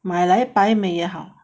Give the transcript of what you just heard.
买来摆美也好